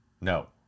No